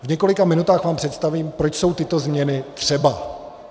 V několika minutách vám představím, proč jsou tyto změny třeba.